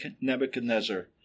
Nebuchadnezzar